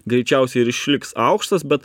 greičiausiai ir išliks aukštas bet